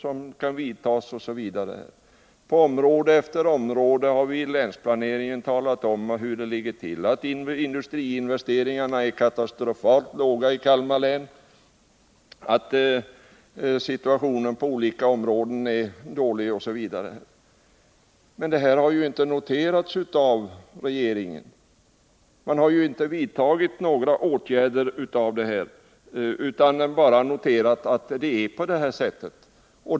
På område efter område har vi i länsplaneringen talat om hur det ligger till. Vi har framhållit att industriinvesteringarna är katastrofalt låga i Kalmar län, att situationen på olika områden är dålig, osv. Men regeringen har ju inte vidtagit några av de åtgärder vi föreslagit, utan man har bara noterat att det är på det här sättet.